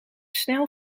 snel